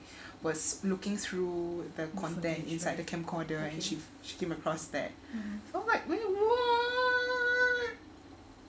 was looking through the content inside the camcorder and she she came across that I'm like wait what